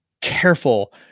careful